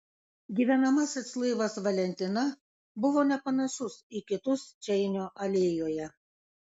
gyvenamasis laivas valentina buvo nepanašus į kitus čeinio alėjoje